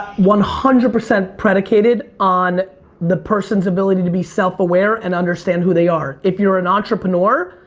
one hundred percent predicated on the person's ability to be self aware and understand who they are. if you're an entrepreneur,